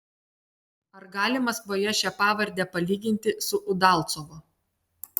ar gali maskvoje šią pavardę palyginti su udalcovo